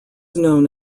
known